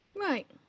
Right